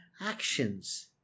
actions